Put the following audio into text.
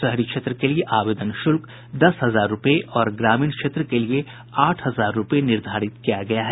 शहरी क्षेत्र के लिए आवेदन शुल्क दस हजार रूपये और ग्रामीण क्षेत्र के लिए आठ हजार रूपये निर्धारित किया गया है